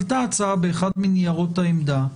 עלתה הצעה באחד מניירות העמדה,